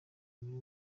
muri